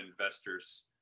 investors